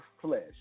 flesh